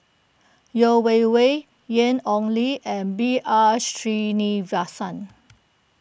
Yeo Wei Wei Ian Ong Li and B R Sreenivasan